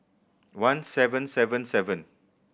one seven seven seven